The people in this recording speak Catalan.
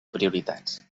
prioritats